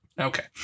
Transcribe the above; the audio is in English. Okay